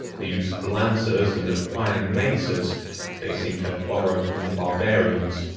the use of lances and of iron maces they seem to have borrowed from the barbarians.